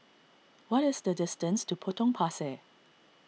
what is the distance to Potong Pasir